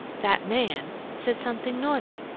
that man said something naughty,